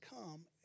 come